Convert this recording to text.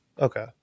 Okay